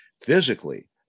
physically